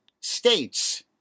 states